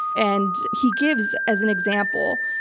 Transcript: and he gives, as an example,